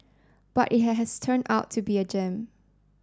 but it has has turned out to be a gem